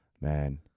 man